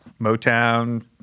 Motown